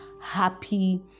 happy